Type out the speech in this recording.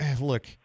look